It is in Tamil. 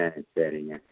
ஆ சரிங்க